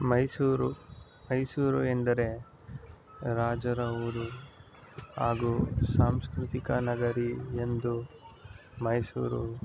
ಮೈಸೂರು ಮೈಸೂರು ಎಂದರೆ ರಾಜರ ಊರು ಹಾಗೂ ಸಾಂಸ್ಕೃತಿಕ ನಗರಿ ಎಂದು ಮೈಸೂರು